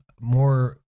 more